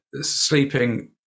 sleeping